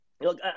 Look